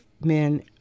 men